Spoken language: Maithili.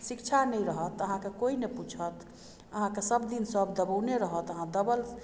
शिक्षा नहि रहत तऽ अहाँकेॅं कोइ नहि पूछत अहाँकेॅं सब दिन सब दबौने रहत अहाँ दबल